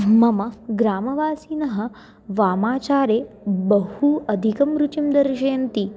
मम ग्रामवासीनः वामाचारे बहु अधिकं रुचिं दर्शयन्ति